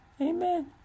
Amen